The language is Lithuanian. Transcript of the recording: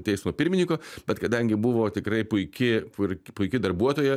teismo pirmininko bet kadangi buvo tikrai puiki pur puiki darbuotoja